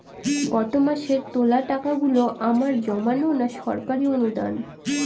গত মাসের তোলা টাকাগুলো আমার জমানো না সরকারি অনুদান?